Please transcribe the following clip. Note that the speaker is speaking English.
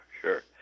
Sure